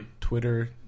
Twitter